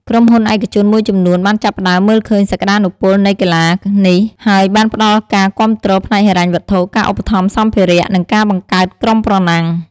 ក្រុមហ៊ុនឯកជនមួយចំនួនបានចាប់ផ្តើមមើលឃើញសក្តានុពលនៃកីឡានេះ ហើយបានផ្តល់ការគាំទ្រផ្នែកហិរញ្ញវត្ថុ ការឧបត្ថម្ភសម្ភារៈ និងការបង្កើតក្រុមប្រណាំង។